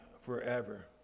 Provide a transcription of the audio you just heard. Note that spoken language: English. forever